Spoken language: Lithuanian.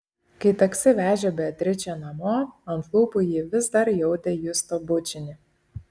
kai taksi vežė beatričę namo ant lūpų ji vis dar jautė justo bučinį